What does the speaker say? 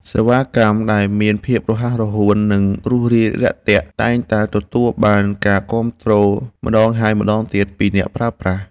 សេវាកម្មដែលមានភាពរហ័សរហួននិងរួសរាយរាក់ទាក់តែងតែទទួលបានការគាំទ្រម្តងហើយម្តងទៀតពីអ្នកប្រើប្រាស់។